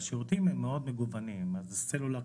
והשירותים הם מאוד מגוונים סלולר,